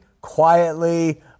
quietly